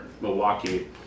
milwaukee